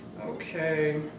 Okay